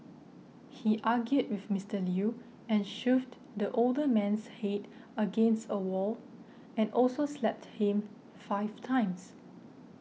he argued with Mister Lew and shoved the older man's head against a wall and also slapped him five times